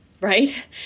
right